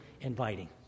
inviting